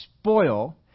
spoil